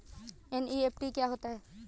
NEFT क्या होता है?